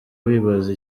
wibaza